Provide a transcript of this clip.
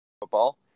football